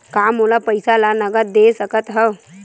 का मोला पईसा ला नगद दे सकत हव?